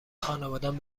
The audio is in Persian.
خانوادهام